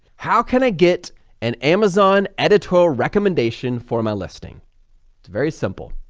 how can i get an amazon editorial recommendation for my listing? it's very simple,